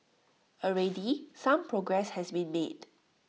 already some progress has been made